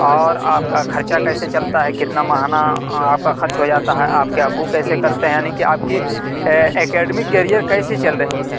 اور آپ کا خرچہ کیسے چلتا ہے کتنا ماہانہ آپ کا خرچ ہو جاتا ہے آپ کے ابو کیسے کرتے ہیں یعنی کہ آپ کی اکیڈمک کیریئر کیسی چل رہی ہے